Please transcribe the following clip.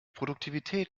produktivität